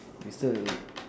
whistle